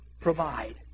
provide